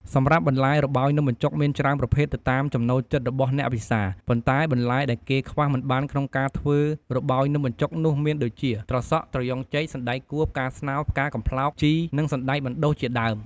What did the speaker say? សម្រាប់បន្លែរបោយនំបញ្ចុកមានច្រើនប្រភេទទៅតាមចំណូលចិត្តរបស់អ្នកពិសា ប៉ុន្តែបន្លែដែលគេខ្វះមិនបានក្នុងការធ្វើរបោយនំបញ្ចុកនោះមានដូចជា ត្រសក់ ត្រយ៉ូងចេក សណ្តែកគួរ ផ្កាស្នោរ ផ្កាកំប្លោក ជី និងសណ្តែកបណ្តុះជាដើម។